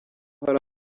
hari